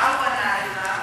מה הוא ענה לך?